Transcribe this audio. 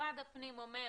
משרד הפנים אומר